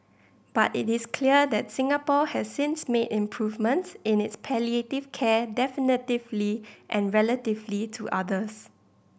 but it is clear that Singapore has since made improvements in its palliative care definitively and relatively to others